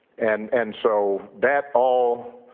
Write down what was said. and and so that all